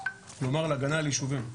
כלומר הגנה על ישובים.